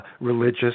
religious